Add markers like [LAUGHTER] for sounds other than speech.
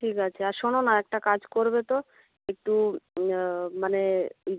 ঠিক আছে আর শোনো না একটা কাজ করবে তো একটু [UNINTELLIGIBLE] মানে